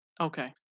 Okay